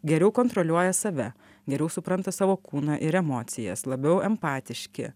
geriau kontroliuoja save geriau supranta savo kūną ir emocijas labiau empatiški